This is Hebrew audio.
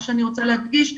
מה שאני רוצה להדגיש פה,